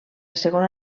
segona